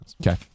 Okay